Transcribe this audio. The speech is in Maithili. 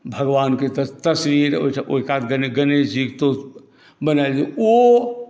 भगवानके तस्वीर ओहिकात गणेश जीकेँ बनायल छै ओ